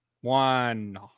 One